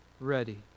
ready